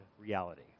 reality